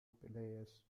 players